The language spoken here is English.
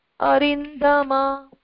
arindama